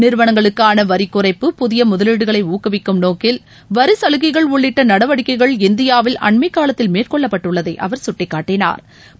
நிறுவனங்களுக்கான வரிகுறைப்பு புதிய முதலீடுகளை ஊக்குவிக்கும் நோக்கில் வரிச் சலுகைகள் உள்ளிட்ட நடவடிக்கைகள் இந்தியாவில் அண்மை காலத்தில் மேற்கொள்ளப்பட்டுள்ளதை அவர் சுட்டிக்காட்டினா்